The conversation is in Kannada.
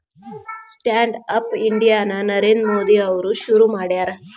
ಸ್ಟ್ಯಾಂಡ್ ಅಪ್ ಇಂಡಿಯಾ ನ ನರೇಂದ್ರ ಮೋದಿ ಅವ್ರು ಶುರು ಮಾಡ್ಯಾರ